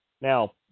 Now